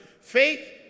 Faith